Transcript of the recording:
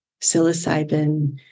psilocybin